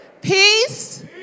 Peace